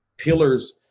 pillars